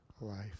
life